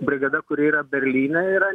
brigada kuri yra berlyne yra